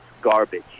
garbage